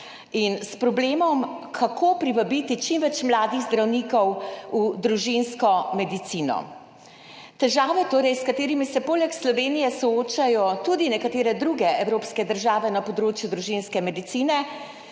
in s problemom, kako privabiti čim več mladih zdravnikov v družinsko medicino. Težave torej, s katerimi se poleg Slovenije soočajo tudi nekatere druge evropske države na področju družinske medicine